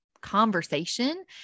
conversation